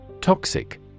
Toxic